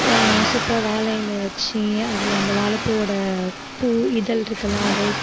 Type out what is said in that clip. சூப்பராக வாழை இலைய வச்சு அதில் அந்த வாழை பூவோடய பூ இதழ் இருக்கில்ல அதை